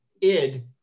id